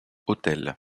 autels